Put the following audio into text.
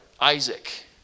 Isaac